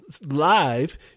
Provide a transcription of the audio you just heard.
live